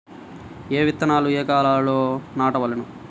ఏ విత్తనాలు ఏ కాలాలలో నాటవలెను?